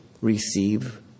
receive